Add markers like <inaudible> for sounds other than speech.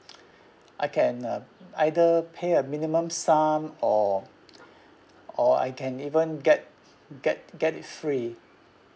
<noise> I can uh either pay a minimum sum or or I can even get get get it free